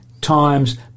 times